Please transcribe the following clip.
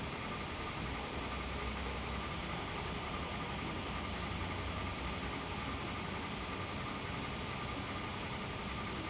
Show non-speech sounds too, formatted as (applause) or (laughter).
(breath)